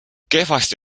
kehvasti